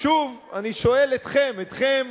שוב אני שואל אתכם, אתכם,